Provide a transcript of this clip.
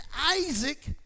isaac